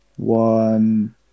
One